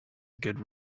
good